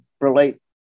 relate